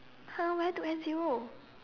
!huh! where to end zero